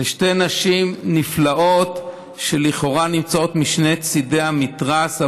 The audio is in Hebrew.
-- לשתי נשים נפלאות שלכאורה נמצאות משני צידי המתרס,